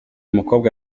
mukobwa